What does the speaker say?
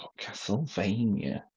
Castlevania